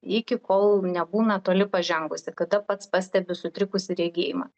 iki kol nebūna toli pažengusi kada pats pastebi sutrikusį regėjimą